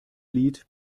lied